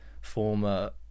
former